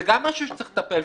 זה גם משהו שצריך לטפל בו,